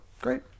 great